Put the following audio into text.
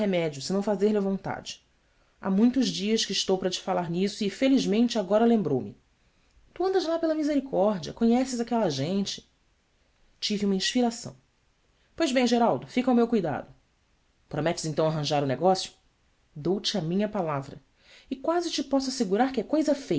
remédio senão fazer-lhe a vontade há muitos dias que estou para te falar nisso e felizmente agora lembroume tu andas lá pela misericórdia conheces aquela gente tive uma inspiração ois bem geraldo fica ao meu cuidado rometes então arranjar o negócio ou te a minha palavra e quase te posso assegurar que é coisa